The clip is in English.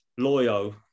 Loyo